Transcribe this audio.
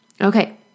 Okay